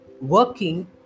working